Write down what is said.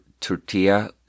tortilla